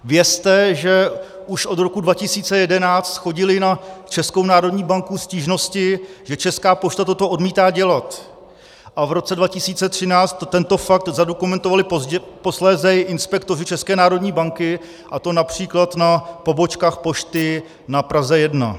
Vězte, že už od roku 2011 chodily na Českou národní banku stížnosti, že Česká pošta toto odmítá dělat, a v roce 2013 tento fakt zadokumentovali posléze i inspektoři České národní banky, a to například na pobočkách pošty na Praze 1.